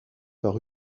par